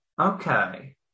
Okay